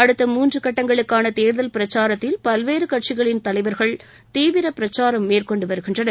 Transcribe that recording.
அடுத்த மூன்று கட்டங்களுக்கான தேர்தல் பிரச்சாரத்தில் பல்வேறு கட்சிகளின் தலைவர்கள் தீவிர பிரச்சாரம் மேற்கொண்டு வருகின்றனர்